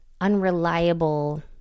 unreliable